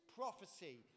prophecy